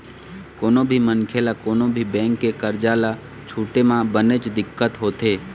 कोनो भी मनखे ल कोनो भी बेंक के करजा ल छूटे म बनेच दिक्कत होथे